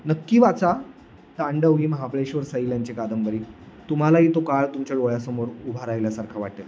नक्की वाचा तांडव ही महाबळेश्वर सैल यांची कादंबरी तुम्हालाही तो काळ तुमच्या डोळ्यासमोर उभा राहिल्यासारखा वाटेल